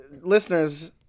listeners